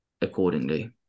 accordingly